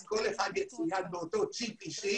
אז כל אחד יצויד באותו צ'יפ אישי.